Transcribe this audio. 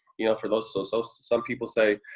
you know, for those. so so some people say,